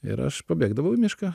ir aš pabėgdavau į mišką